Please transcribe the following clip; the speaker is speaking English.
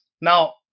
Now